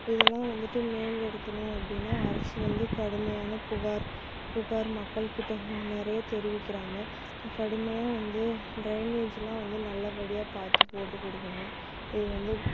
இதெல்லாம் வந்துட்டு மேம்படுத்தணும் அப்படின்னா அரசு வந்து கடுமையான புகார் புகார் மக்கள் கிட்டே முன்னரே தெரிவிக்கிறாங்க கடுமையாக வந்து ட்ரைனேஜெலாம் வந்து நல்லபடியாக பார்த்து போட்டு கொடுக்கணும் இது வந்து